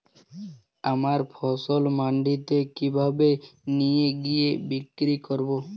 আমার ফসল মান্ডিতে কিভাবে নিয়ে গিয়ে বিক্রি করব?